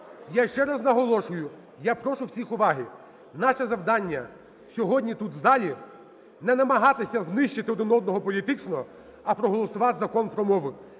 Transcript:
Я ще раз наголошую, я прошу всіх уваги! Наше завдання сьогодні тут в залі не намагатися знищити один одного політично, а проголосувати за Закон про мову.